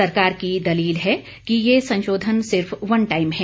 सरकार की दलील है कि यह संशोधन सिर्फ वन टाइम है